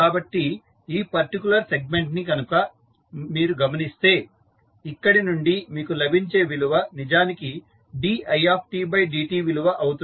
కాబట్టి ఈ particular segment ని మీరు గమనిస్తే ఇక్కడి నుండి మీకు లభించే విలువ నిజానికి didtవిలువ అవుతుంది